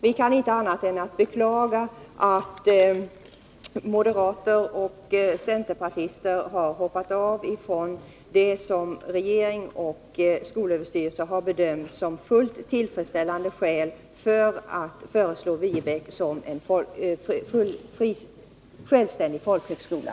Vi kan inte annat än beklaga att moderater och centerpartister har hoppat av från det som regeringen och skolöverstyrelsen har bedömt som fullt tillfredsställande skäl för att föreslå Viebäck som självständig folkhögskola.